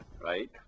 right